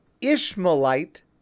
Ishmaelite